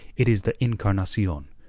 it is the encarnacion,